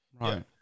Right